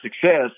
success